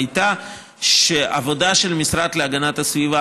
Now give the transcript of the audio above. הייתה שהעבודה של המשרד להגנת הסביבה,